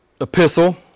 epistle